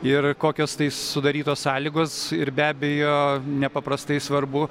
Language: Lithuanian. ir kokios tai sudarytos sąlygos ir be abejo nepaprastai svarbu